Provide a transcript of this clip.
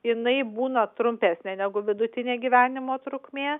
jinai būna trumpesnė negu vidutinė gyvenimo trukmė